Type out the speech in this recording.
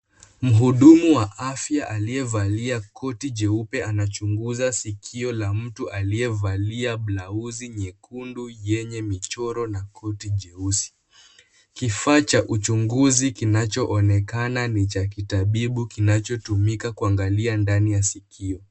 Muhudumu wa afya aliyevalia koti jeupe anachunguza sikio la mtu aliyevalia blausi nyekundu yenye michoro na koti jeusi ,kifaa cha uchunguzi kinachoonekana ni cha kitabibu kinachotumika kuangalia ndani ya sikio.